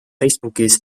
facebookis